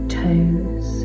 toes